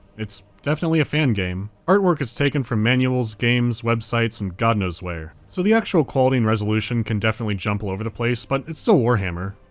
it's, definitely a fan game. artwork is taken from manuals, games, websites and god knows where, so the actual quality and resolution can definitely jump all over the place, but it's still so warhammer.